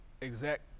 exact